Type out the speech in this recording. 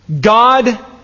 God